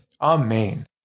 Amen